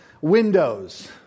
Windows